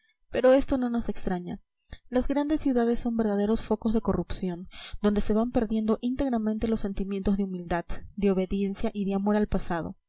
pero esto no nos extraña las grandes ciudades son verdaderos focos de corrupción donde se van perdiendo íntegramente los sentimientos de humildad de obediencia y de amor al pasado